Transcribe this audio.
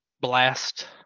blast